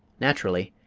naturally,